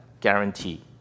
guarantee